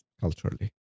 culturally